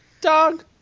Dog